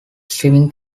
swimming